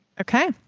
Okay